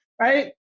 right